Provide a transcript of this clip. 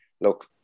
look